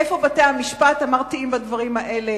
איפה בתי-המשפט המרתיעים בדברים האלה?